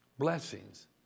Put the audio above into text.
Blessings